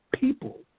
People